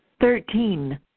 thirteen